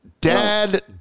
Dad